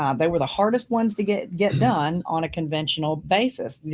um they were the hardest ones to get get done on a conventional basis, yeah